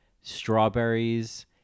strawberries